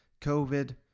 COVID